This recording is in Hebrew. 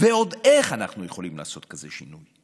ועוד איך אנחנו יכולים לעשות כזה שינוי.